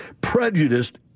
prejudiced